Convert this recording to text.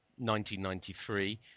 1993